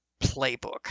playbook